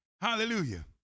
hallelujah